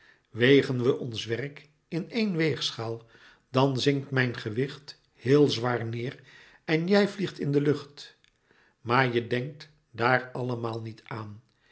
we ons werk in één weegschaal dan zinkt mijn gewicht heel zwaar neêr en jij vliegt in de lucht maar je denkt daar allemaal niet aan